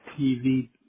TV